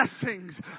blessings